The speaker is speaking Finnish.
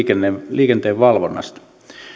liikenteenvalvonnasta